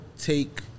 take